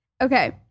Okay